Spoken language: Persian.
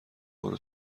برو